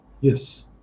Yes